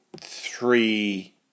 three